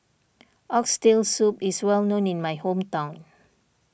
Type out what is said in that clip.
Oxtail Soup is well known in my hometown